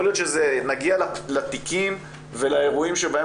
יכול להיות שנגיע לתיקים ולאירועים שבהם